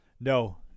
No